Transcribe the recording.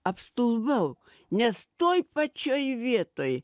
apstulbau nes toj pačioj vietoj